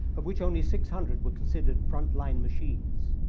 of which only six hundred were considered frontline machines.